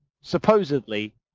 Supposedly